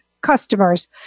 customers